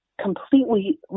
completely